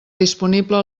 disponible